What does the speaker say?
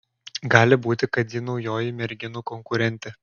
gali būti kad ji naujoji merginų konkurentė